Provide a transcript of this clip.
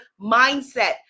mindset